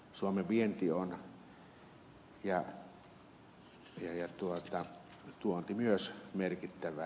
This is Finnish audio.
suomen vienti on ja tuonti myös merkittävää